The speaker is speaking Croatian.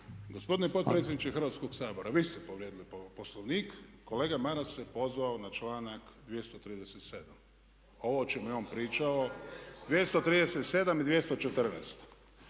Gospodine potpredsjedniče Hrvatskog sabora, vi ste povrijedili Poslovnik. Kolega Maras se pozvao na članak 237. Ovo o čemu je on pričao 237. i 214.